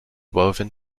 woven